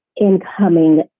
incoming